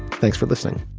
thanks for listening